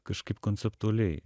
kažkaip konceptualiai